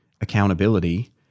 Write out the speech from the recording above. accountability